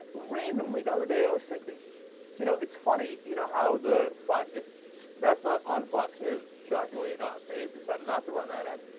randomly the other day i was thinking you know it's funny you know how the fuck it that's not on fox news shockingly enough they've decided not to run that ah.